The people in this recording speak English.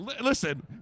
listen